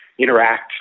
Interact